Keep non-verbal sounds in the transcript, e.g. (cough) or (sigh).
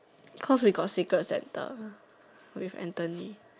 cause we got secret Santa (noise) with Anthony